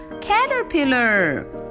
caterpillar